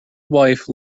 wife